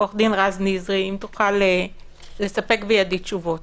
עו"ד רז נזרי אם תוכל לספק בידי תשובות.